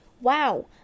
wow